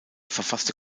verfasste